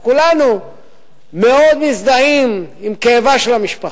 כולנו מאוד מזדהים עם כאבה של המשפחה.